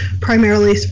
primarily